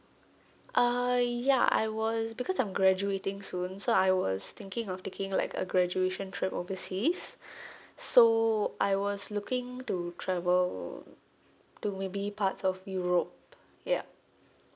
uh ya I was because I'm graduating soon so I was thinking of taking like a graduation trip overseas so I was looking to travel to maybe parts of europe yup